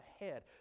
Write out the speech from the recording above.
ahead